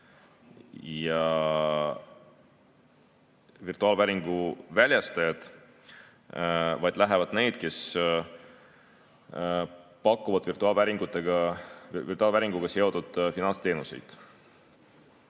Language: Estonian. ja virtuaalvääringu väljastajad, vaid lähevad need, kes pakuvad virtuaalvääringuga seotud finantsteenuseid.